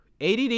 ADD